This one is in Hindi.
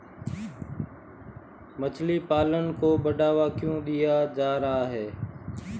मछली पालन को बढ़ावा क्यों दिया जा रहा है?